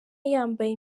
yambaye